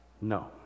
No